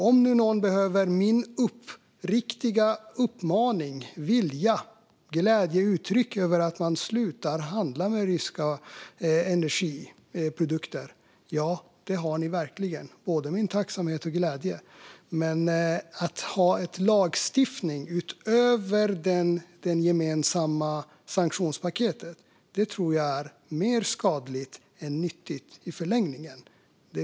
Om någon behöver min uppriktiga uppmaning, min vilja och mina glädjeuttryck över att man slutar handla med ryska energiprodukter kan jag säga: Ja, ni har verkligen både min tacksamhet och min glädje. Men lagstiftning utöver det gemensamma sanktionspaketet tror jag är mer skadligt än nyttigt i förlängningen.